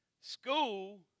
school